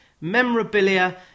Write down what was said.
memorabilia